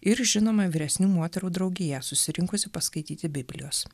ir žinoma vyresnių moterų draugija susirinkusi paskaityti biblijos